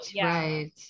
right